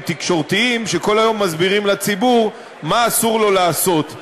תקשורתיים שכל היום מסבירים לציבור מה אסור לו לעשות.